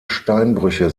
steinbrüche